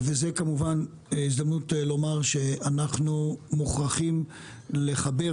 וזו כמובן הזדמנות לומר שאנחנו מוכרחים לחבר